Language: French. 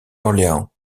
orléans